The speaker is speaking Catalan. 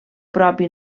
propi